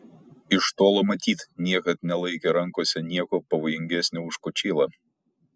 iš tolo matyt niekad nelaikė rankose nieko pavojingesnio už kočėlą